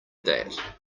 that